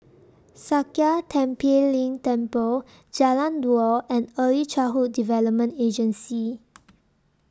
Sakya Tenphel Ling Temple Jalan Dua and Early Childhood Development Agency